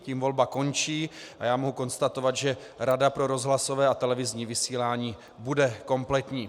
Tím volba končí a já mohu konstatovat, že Rada pro rozhlasové a televizní vysílání bude kompletní.